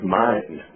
mind